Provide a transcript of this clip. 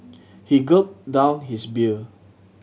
he gulped down his beer